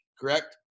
correct